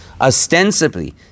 Ostensibly